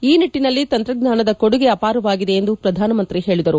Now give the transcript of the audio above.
ಈ ನಿಟ್ಟಿನಲ್ಲಿ ತಂತ್ರಜ್ಞಾನದ ಕೊಡುಗೆ ಅಪಾರವಾಗಿದೆ ಎಂದು ಪ್ರಧಾನಮಂತ್ರಿ ಹೇಳಿದರು